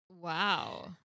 Wow